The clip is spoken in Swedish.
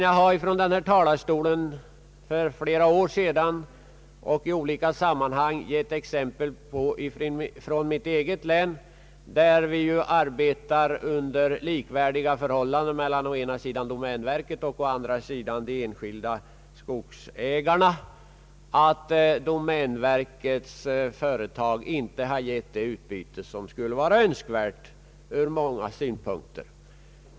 Jag har från denna talarstol för flera år sedan och i olika sammanhang gett exempel från mitt eget län, där domänverket och de enskilda skogsägarna arbetar under likvärdiga förhållanden, på att domänverkets företag inte gett det utbyte som skulle vara önskvärt ur många synpunkter.